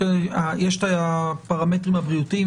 יש את הפרמטרים הבריאותיים,